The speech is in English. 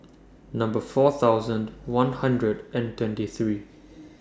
Number four thousand one hundred and twenty three